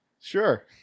Sure